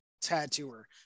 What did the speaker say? tattooer